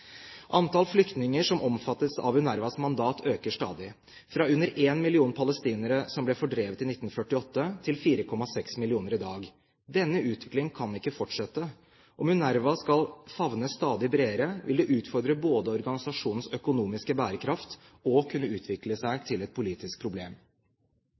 Antall flyktninger som omfattes av UNRWAs mandat, øker stadig – fra under 1 million palestinere som ble fordrevet i 1948, til 4,6 millioner i dag. Denne utviklingen kan ikke fortsette. Om UNRWA skal favne stadig bredere, vil det utfordre både organisasjonens økonomiske bærekraft og kunne utvikle